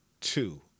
two